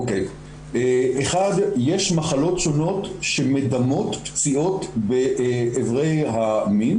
יש מחלות שונות שמדמות פציעות באברי המין